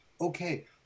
Okay